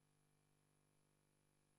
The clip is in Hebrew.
תודה רבה, גבירותי ורבותי.